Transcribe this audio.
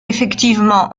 effectivement